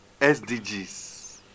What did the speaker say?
SDGs